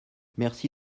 merci